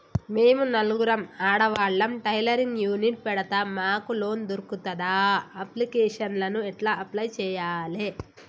మేము నలుగురం ఆడవాళ్ళం టైలరింగ్ యూనిట్ పెడతం మాకు లోన్ దొర్కుతదా? అప్లికేషన్లను ఎట్ల అప్లయ్ చేయాలే?